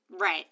Right